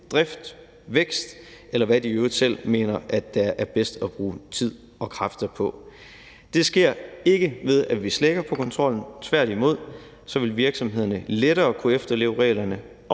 drift, vækst, eller hvad de i øvrigt selv mener det er bedst at bruge tid og kræfter på. Det sker ikke ved, at vi slækker på kontrollen, tværtimod vil virksomhederne lettere kunne efterleve reglerne,